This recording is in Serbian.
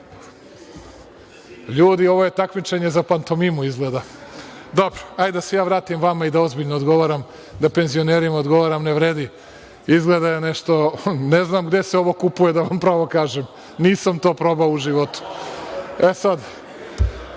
LJudi, ovo je takmičenje za pantomimu, izgleda. Dobro, hajde da se ja vratim vama i da ozbiljno razgovaram, da penzionerima odgovaram. Ne vredi, izgleda je nešto i ne znam gde se ovo kupuje, da vam pravo kažem, nisam to probao u životu.E, sad,